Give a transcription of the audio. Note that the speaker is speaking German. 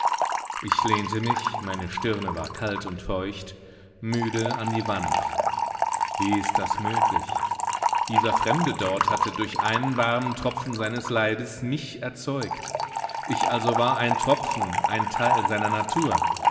ich lehnte mich meine stirne war kalt und feucht müde an die wand wie ist das möglich dieser fremde dort hatte durch einen warmen tropfen seines leibes mich erzeugt ich also war ein tropfen ein teil seiner natur